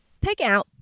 takeout